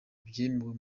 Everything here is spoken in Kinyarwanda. byemewe